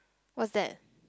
what's that